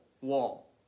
wall